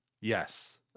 Yes